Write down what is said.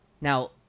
Now